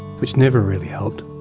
which never really helped.